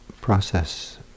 process